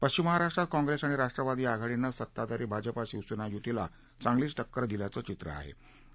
पश्विम महाराष्ट्रात काँग्रेस आणि राष्ट्रवादी आघाडीने सत्ताधारी भाजपा शिवसेना युतीला चांगलीच टक्कर दिल्याचं चित्र दिसत आहे